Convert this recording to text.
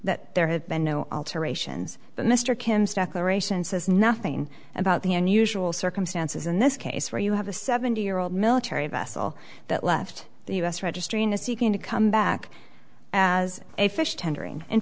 that there have been no alterations but mr kim's declaration says nothing about the unusual circumstances in this case where you have a seventy year old military vessel that left the u s registry and is seeking to come back as a fish